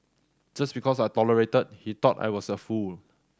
just because I tolerated he thought I was a fool